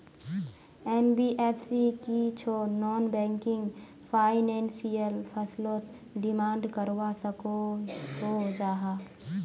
NBFC की छौ non banking financial फसलोत डिमांड करवा सकोहो जाहा?